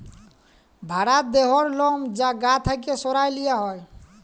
ভ্যারার দেহর লম যা গা থ্যাকে সরাঁয় লিয়া হ্যয়